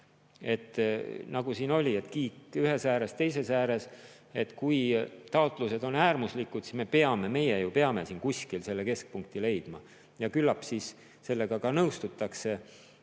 Nagu siin oli, et kiik on ühes ääres, teises ääres. Kui taotlused on äärmuslikud, siis meie ju peame siin kuskil selle keskpunkti leidma ja küllap siis sellega nõustutakse